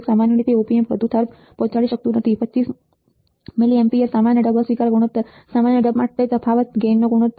સામાન્ય રીતે op amp વધુ થર્ફ પહોંચાડી શકતું નથી 25mA સામાન્ય ઢબ અસ્વીકાર ગુણોત્તર • સામાન્ય ઢબ માટે તફાવત ગેઇનનો ગુણોત્તર